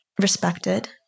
respected